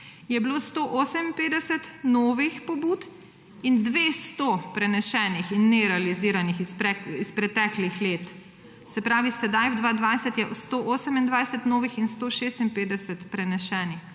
je bilo 158 novih pobud in 200 prenesenih in nerealiziranih iz preteklih let. Se pravi, sedaj, v 2020, je 128 novih in 156 prenesenih.